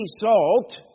salt